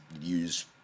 use